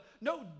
No